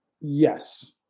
Yes